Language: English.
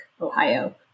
Ohio